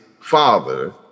father